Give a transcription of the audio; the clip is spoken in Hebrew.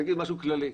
אני אגיד משהו כללי.